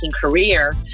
career